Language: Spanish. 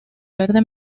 verde